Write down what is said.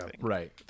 Right